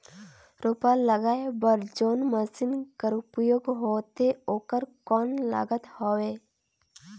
रोपा लगाय बर जोन मशीन कर उपयोग होथे ओकर कौन लागत हवय?